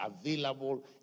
available